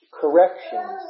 corrections